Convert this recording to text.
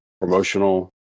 promotional